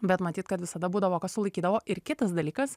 bet matyt kad visada būdavo kas sulaikydavo ir kitas dalykas